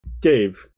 Dave